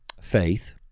faith